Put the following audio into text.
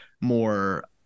more